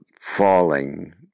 falling